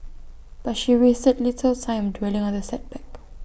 but she wasted little time dwelling on the setback